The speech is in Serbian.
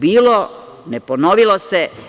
Bilo ne ponovilo se.